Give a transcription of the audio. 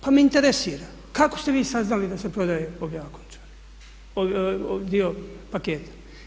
Pa me interesira kako ste vi saznali da se prodaje … Končara, dio paketa?